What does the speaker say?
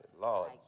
Lord